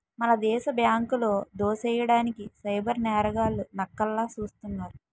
మన దేశ బ్యాంకులో దోసెయ్యడానికి సైబర్ నేరగాళ్లు నక్కల్లా సూస్తున్నారు